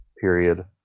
period